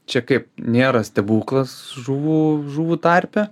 čia kaip nėra stebuklas žuvų žuvų tarpe